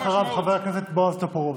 אחריו, חבר הכנסת בועז טופורובסקי.